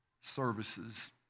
services